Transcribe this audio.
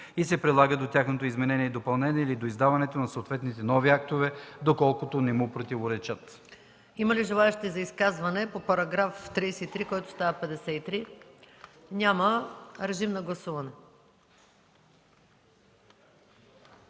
и се прилагат до тяхното изменение и допълнение или до издаването на съответните нови актове, доколкото не му противоречат.”